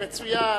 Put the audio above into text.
מצוין.